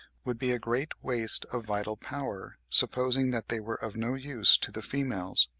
would be a great waste of vital power, supposing that they were of no use to the females.